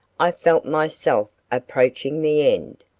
i felt myself approaching the end,